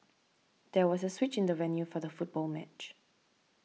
there was a switch in the venue for the football match